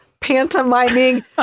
pantomiming